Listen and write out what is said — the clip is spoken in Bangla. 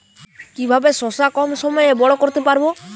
কিভাবে শশা কম সময়ে বড় করতে পারব?